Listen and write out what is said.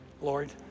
Lord